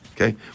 Okay